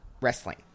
wrestling